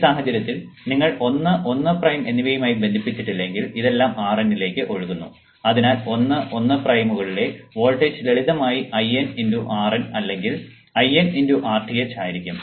ഈ സാഹചര്യത്തിൽ നിങ്ങൾ 1 1 പ്രൈം എന്നിവയുമായി ബന്ധിപ്പിച്ചിട്ടില്ലെങ്കിൽ ഇതെല്ലാം RN ലേക്ക് ഒഴുകുന്നു അതിനാൽ 1 1 പ്രൈമുകളിലെ വോൾട്ടേജ് ലളിതമായി IN × RN അല്ലെങ്കിൽ IN × Rth ആയിരിക്കും